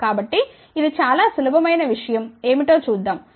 కాబట్టి ఇది చాలా సులభమైన విషయం ఏమిటో చూద్దాం